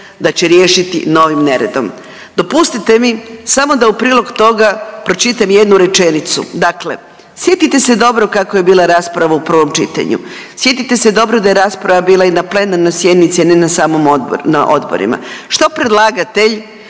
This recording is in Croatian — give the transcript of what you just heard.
da će riješiti novim neredom. Dopustite mi samo da u prilog toga pročitam jednu rečenicu. Dakle, sjetite se dobro kako je bila rasprava u prvom čitanju. Sjetite se dobro da je rasprava bila i na plenarnoj sjednici, a ne na samom odboru, na odborima. Što predlagatelj